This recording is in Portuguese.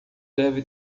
deve